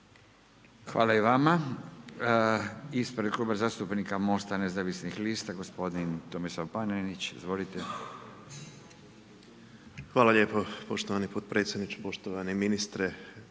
Hvala i vama. Ispred Kluba zastupnika Mosta nezavisnih lista, gospodin Tomislav Panenić, izvolite. **Panenić, Tomislav (MOST)** Hvala lijepo poštovani potpredsjedniče, poštovani ministre